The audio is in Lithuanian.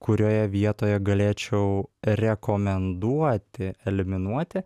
kurioje vietoje galėčiau rekomenduoti eliminuoti